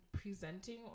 presenting